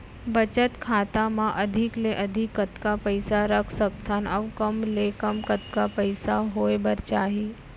बचत खाता मा अधिक ले अधिक कतका पइसा रख सकथन अऊ कम ले कम कतका पइसा होय बर चाही?